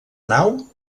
nau